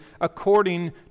according